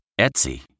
Etsy